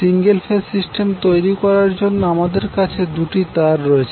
single phase system তৈরি করার জন্য আমদের কাছে দুটি তার রয়েছে